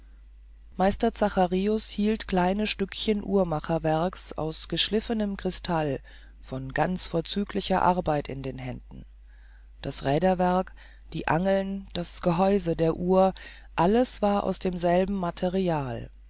meister zacharius hielt kleine stücken uhrmacherwerks aus geschliffenem krystall von ganz vorzüglicher arbeit in den händen das räderwerk die angeln das gehäuse der uhr alles war aus demselben material